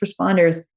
responders